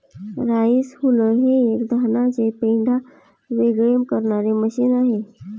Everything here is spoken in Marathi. राईस हुलर हे एक धानाचे पेंढा वेगळे करणारे मशीन आहे